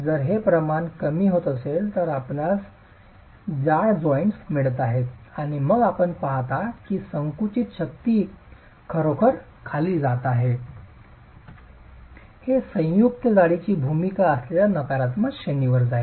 जर हे प्रमाण कमी होत असेल तर आपणास जाड जॉइन्ट्स मिळत आहेत आणि मग आपण पाहता की संकुचित शक्ती खरोखर खाली जात आहे हे संयुक्त जाडीची भूमिका असलेल्या नकारात्मक श्रेणीवर जाईल